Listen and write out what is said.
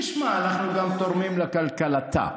תשמע, אנחנו גם תורמים לכלכלתה.